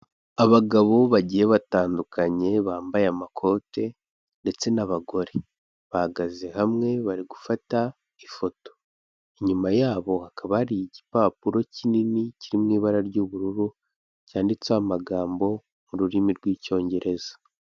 Abagabo bagiye batandukanye, bambaye amakote ndetse n'abagore, bahagaze hamwe bari gufata ifoto, inyuma yabo hakaba hari igipapuro kinini kiri mu ibara ry'ubururu, cyanditseho amagambo mu rurimi rw'icyongereza.